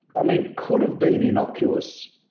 i mean could have been innocuous.